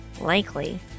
Likely